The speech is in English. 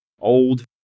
old